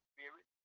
Spirit